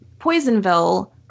Poisonville